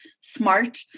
smart